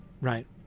right